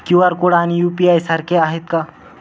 QR code आणि UPI सारखे आहेत का?